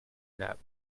nap